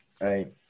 right